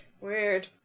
Weird